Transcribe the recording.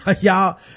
y'all